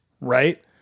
right